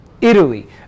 Italy